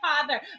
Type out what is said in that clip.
father